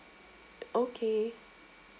okay